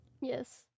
yes